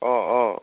অ অ